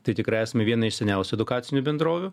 tai tikrai esame viena iš seniausių edukacinių bendrovių